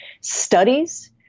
studies